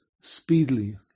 speedily